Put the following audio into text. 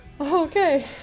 Okay